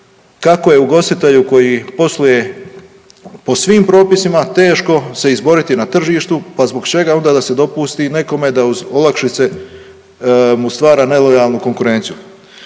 kako je ugostitelju koji posluje po svim propisima teško se izboriti na tržištu. Pa zbog čega onda da se dopusti nekome da uz olakšice mu stvara nelojalnu konkurenciju?